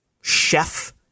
chef